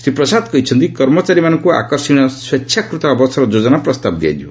ଶ୍ରୀ ପ୍ରସାଦ କହିଛନ୍ତି କର୍ମଚାରୀମାନଙ୍କୁ ଆକର୍ଷଣୀୟ ସ୍ୱେଚ୍ଛାକୃତ ଅବସର ଯୋଜନା ପ୍ରସ୍ତାବ ଦିଆଯିବ